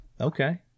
okay